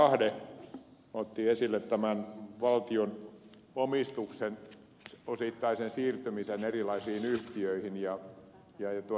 ahde otti esille valtion omistuksen osittaisen siirtymisen erilaisiin yhtiöihin